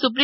સુપ્રિ